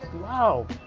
wow